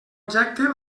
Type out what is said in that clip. objecte